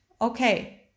okay